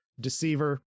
Deceiver